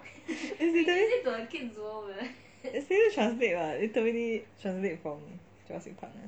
is literally is serious translate [what] literally translate from jurassic park